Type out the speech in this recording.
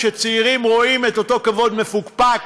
כשצעירים רואים את אותו כבוד מפוקפק